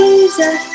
Jesus